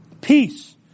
Peace